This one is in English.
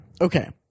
Okay